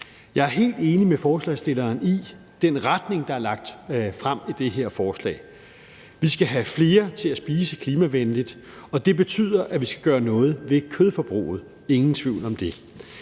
Jeg er helt enig med forslagsstilleren i den retning, der er lagt frem i det her forslag. Vi skal have flere til at spise klimavenligt, og det betyder, at vi skal gøre noget ved kødforbruget – ingen tvivl om det.